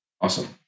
awesome